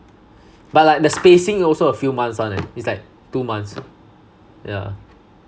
but like the spacing also like a few months one leh it's like two months yeah